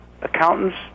accountants